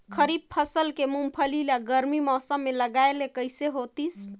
खरीफ फसल के मुंगफली ला गरमी मौसम मे लगाय ले कइसे होतिस?